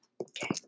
Okay